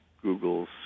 Google's